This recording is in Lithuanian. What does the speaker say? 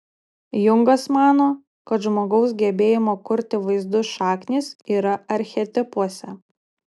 jungas mano kad žmogaus gebėjimo kurti vaizdus šaknys yra archetipuose